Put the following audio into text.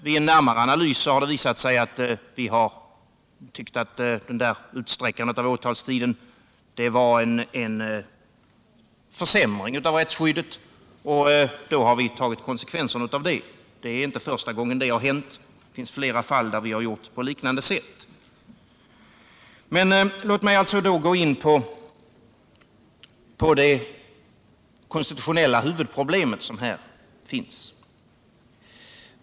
Vid en närmare analys har det = Nr 48 emellertid visat sig att bestämmelsen innebar en försämring av rätts skyddet, och då har vi tagit konsekvenserna av det. Det är inte första gången en sådan sak har hänt, utan vi har i flera fall gjort på liknande sätt. Tryckfriheten Men låt mig gå in på det konstitutionella huvudproblem som här fö religger.